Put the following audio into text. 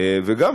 וגם,